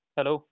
Hello